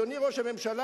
אדוני ראש הממשלה.